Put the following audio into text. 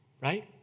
Right